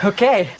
Okay